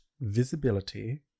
visibility